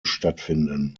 stattfinden